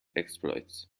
exploits